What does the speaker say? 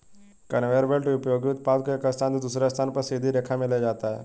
conveyor belt उपयोगी उत्पाद को एक स्थान से दूसरे स्थान पर सीधी रेखा में ले जाता है